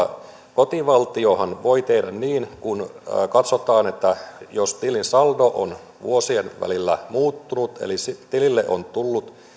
kotivaltiohan voi tehdä niin kun katsotaan että tilin saldo on vuosien välillä muuttunut eli tilille on tullut